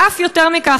ואף יותר מכך,